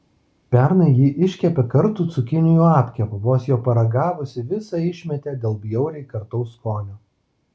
pernai ji iškepė kartų cukinijų apkepą vos jo paragavusi visą išmetė dėl bjauriai kartaus skonio